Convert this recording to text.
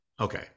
Okay